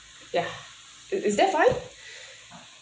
ya is is that fine